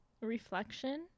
reflection